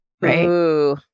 right